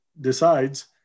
decides